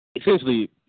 essentially